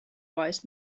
wise